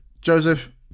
Joseph